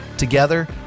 Together